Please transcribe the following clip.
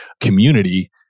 community